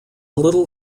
little